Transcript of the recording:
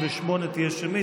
38 תהיה שמית.